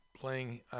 playing